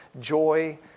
joy